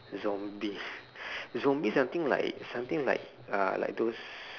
zombie zombie something like something like uh like those